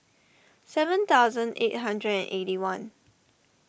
seven thousand eight hundred and eighty one